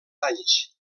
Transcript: anys